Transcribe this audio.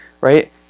right